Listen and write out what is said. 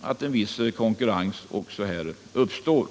att en viss konkurrens uppstår.